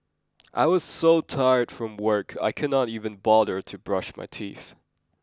I was so tired from work I could not even bother to brush my teeth